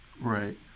Right